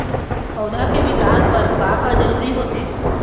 पौधे के विकास बर का का जरूरी होथे?